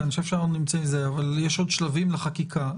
כי יש עוד שלבים לחקיקה,